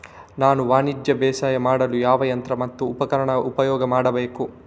ನಾನು ವಾಣಿಜ್ಯ ಬೇಸಾಯ ಮಾಡಲು ಯಾವ ಯಂತ್ರ ಮತ್ತು ಉಪಕರಣ ಉಪಯೋಗ ಮಾಡಬೇಕು?